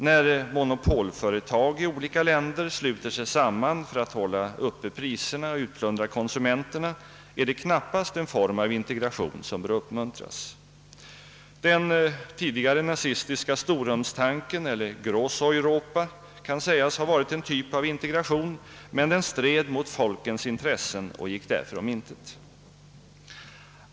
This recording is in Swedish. När monopolföretag i olika länder sluter sig samman för att hålla priserna uppe och utplundra konsumenterna är det knappast en form av integration som bör uppmuntras. Den tidigare nazistiska storrumstanken, eller »Gross-Europa», kan sägas ha varit en typ av integration, men den stred mot folkens intressen och gick därför om intet.